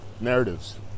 narratives